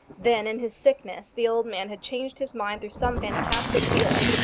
then, in his sickness, the old man had changed his mind through some fantastic feeling,